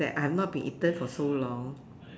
that I have not been eaten for so long